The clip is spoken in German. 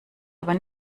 aber